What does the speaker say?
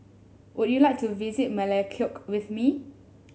would you like to visit Melekeok with me